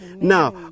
Now